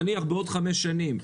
נניח בעוד חמש שנים,